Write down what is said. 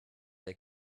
they